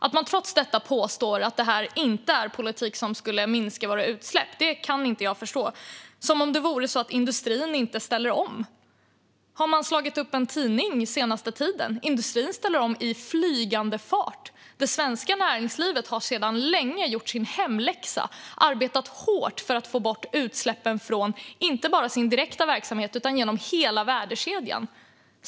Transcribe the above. Att man trots detta påstår att detta inte är politik som skulle minska våra utsläpp kan jag inte förstå. Det är som om det vore så att industrin inte ställer om. Har man slagit upp en tidning under den senaste tiden? Industrin ställer om i flygande fart. Det svenska näringslivet har sedan länge gjort sin hemläxa och arbetat hårt för att få bort utsläppen inte bara från sin direkta verksamhet utan från hela värdekedjan.